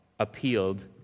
appealed